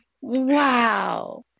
Wow